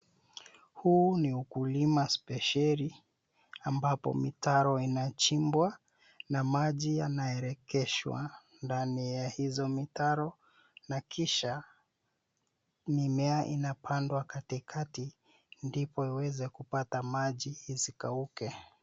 Huu ni ukulima spesheli ambapo mitaro inachimbwa na maji yanaelekeshwa ndani ya hizo mitaro na kisha mimea inapandwa katikati ndipo iweze kupata maji isikauke.